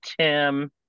Tim